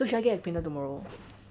so should I get a printer tomorrow